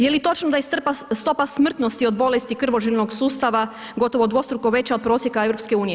Jeli točno da je stopa smrtnosti od bolesti krvožilnog sustava gotovo dvostruko veća od prosjeka EU?